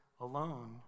alone